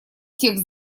текст